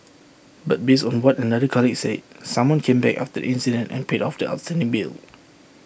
but based on what another colleague said someone came back after the incident and paid off the outstanding bill